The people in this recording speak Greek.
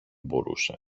μπορούσε